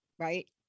right